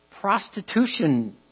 prostitution